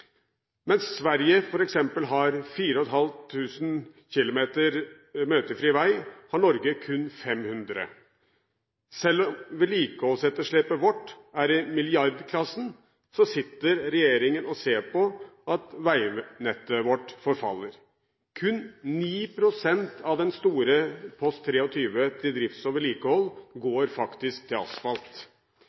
Mens Sverige f.eks. har 4 500 km møtefri vei, har Norge kun 500 km. Selv om vedlikeholdsetterslepet vårt er i milliardklassen, sitter regjeringen og ser på at veinettet vårt forfaller. Kun 9 pst. av den store post 23, drift og vedlikehold, går faktisk til asfalt.